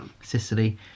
Sicily